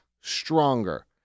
stronger